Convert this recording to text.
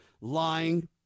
lying